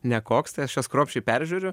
nekoks tai aš jas kruopščiai peržiūriu